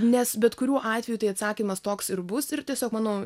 nes bet kuriuo atveju tai atsakymas toks ir bus ir tiesiog manau